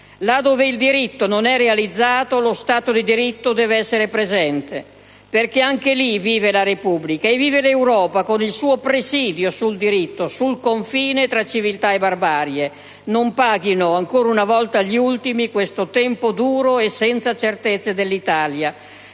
Là dove il diritto non è realizzato, lo Stato di diritto deve essere presente, perché anche lì vive la Repubblica e vive l'Europa, con il suo presidio sul diritto, sul confine tra civiltà e barbarie: non paghino ancora una volta gli ultimi questo tempo duro e senza certezze dell'Italia!